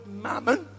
mammon